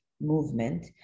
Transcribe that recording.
movement